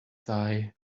thy